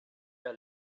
your